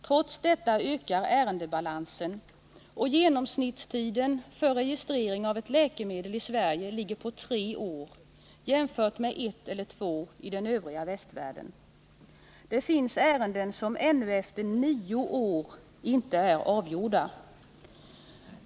Trots detta ökar ärendebalansen, och genomsnittstiden för registrering av ett läkemedel i Sverige är tre år — i den övriga västvärlden är den ett eller två år. Det finns ärenden som efter nio år ännu inte är avgjorda.